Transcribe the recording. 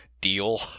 Deal